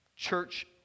church